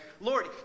Lord